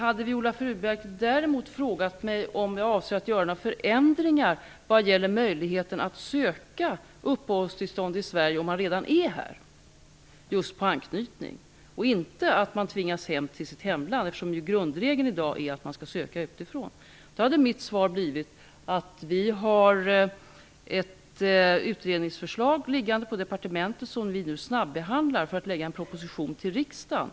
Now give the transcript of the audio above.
Om Viola Furubjelke däremot hade frågat mig om jag avser att göra några förändringar vad gäller möjligheten att söka uppehållstillstånd i Sverige av just anknytningsskäl om man redan är här och inte har tvingats hem till sitt hemland -- grundregeln i dag är ju att man skall söka utifrån -- hade mitt svar blivit följande: Det ligger ett utredningsförslag på departementet som vi nu snabbehandlar för att lägga fram en proposition för riksdagen.